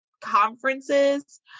conferences